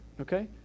okay